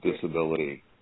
disability